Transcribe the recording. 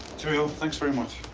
cheerio. thanks very much.